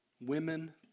women